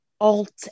alt